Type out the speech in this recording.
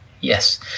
Yes